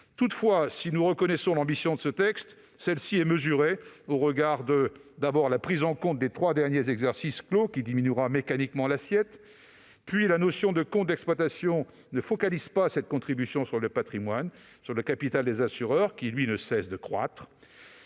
Toutefois, si nous reconnaissons l'ambition de ce texte, celle-ci est mesurée au regard de la prise en compte des trois derniers exercices clos, qui diminuera mécaniquement l'assiette. Par ailleurs, la notion de compte d'exploitation ne focalise pas cette contribution sur le patrimoine ou le capital des assureurs, qui ne cesse de croître.